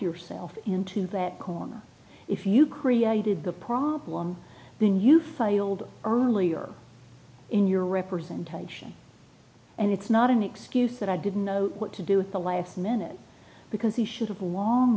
yourself into that corner if you created the problem then you failed earlier in your representation and it's not an excuse that i didn't know what to do the last minute because he should have long